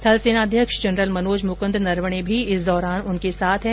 थल सेनाध्यक्ष जनरल मनोज मुकुंद नरवणे भी इस दौरान उनके साथ है